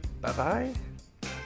Bye-bye